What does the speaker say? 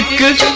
good